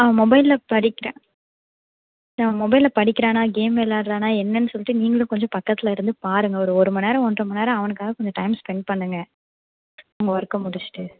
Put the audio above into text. அவன் மொபைலில் படிக்கிறேனா அவன் மொபைலில் படிக்கிறானா கேம் விளாட்றானா என்னன்னு சொல்லிட்டு நீங்களும் கொஞ்சம் பக்கத்தில் இருந்து பாருங்க ஒரு ஒரு மணி நேரம் ஒன்றரை மணி நேரம் அவனுக்காக கொஞ்சம் டைம் ஸ்பென்ட் பண்ணுங்க உங்கள் ஒர்க்கை முடிச்சிட்டு